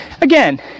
again